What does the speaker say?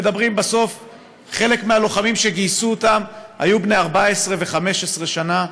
חלק מהלוחמים שגייסו היו בני 14 ו-15 שנה,